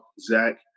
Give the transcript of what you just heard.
Zach